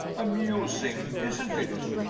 amusing, isn't it?